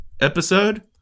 episode